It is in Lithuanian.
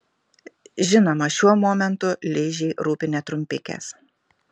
žinoma šiuo momentu ližei rūpi ne trumpikės